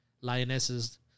Lionesses